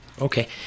Okay